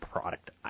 product